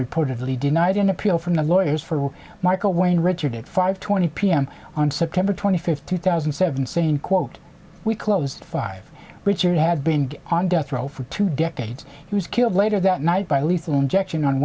reportedly denied an appeal from the lawyers for michael wayne richard at five twenty p m on september twenty fifth two thousand and seven saying quote we closed five richard had been on death row for two decades he was killed later that night by lethal injection on